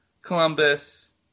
Columbus